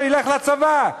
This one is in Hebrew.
שילך לצבא.